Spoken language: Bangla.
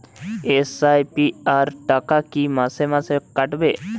এস.আই.পি র টাকা কী মাসে মাসে কাটবে?